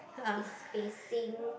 is facing